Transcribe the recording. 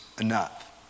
enough